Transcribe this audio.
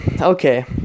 Okay